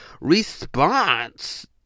response